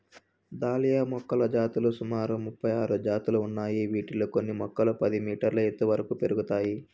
dahlia మొక్కల జాతులు సుమారు ముపై ఆరు జాతులు ఉన్నాయి, వీటిలో కొన్ని మొక్కలు పది మీటర్ల ఎత్తు వరకు పెరుగుతాయి